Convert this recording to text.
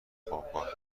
خوابگاه